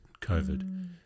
COVID